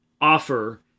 Offer